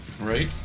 Right